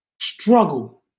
struggle